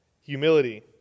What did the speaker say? humility